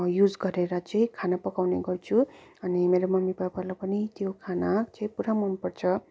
use गरेर चाहिँ खाना पकाउने गर्छु अनि मेरो मम्मीपापालाई पनि त्यो खाना चाहिँ पुरा मन पर्छ